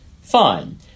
Fine